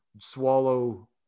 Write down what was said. swallow